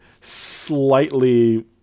slightly